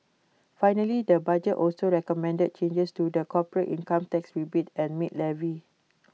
finally the budget also recommended changes to the corporate income tax rebate and maid levy